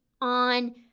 on